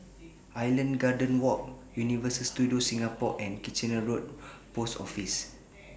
Island Gardens Walk Universal Studios Singapore and Kitchener Road Post Office